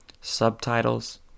subtitles